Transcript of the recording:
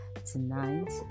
tonight